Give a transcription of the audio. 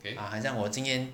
ah 很像我今天